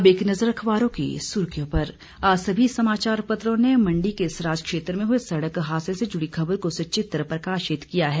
अब एक नजर अखबारों की सुर्खियों पर आज सभी समाचार पत्रों ने मंडी के सराज क्षेत्र में हुए सड़क हादसे से जुड़ी खबर को सचित्र प्रकाशित किया है